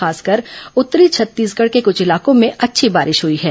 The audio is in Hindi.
खासकर उत्तरी छत्तीसगढ़ के कुछ इलाकों में अच्छी बारिश हुई है